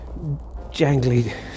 jangly